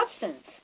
substance